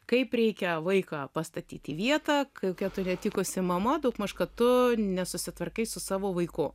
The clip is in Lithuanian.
kaip reikia vaiką pastatyt į vietą kokia tu netikusi mama daugmaž kad tu nesusitvarkai su savo vaiku